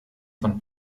von